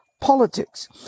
politics